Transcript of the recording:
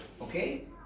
Okay